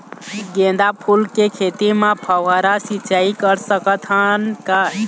गेंदा फूल के खेती म फव्वारा सिचाई कर सकत हन का?